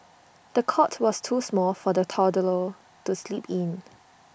the cot was too small for the toddler to sleep in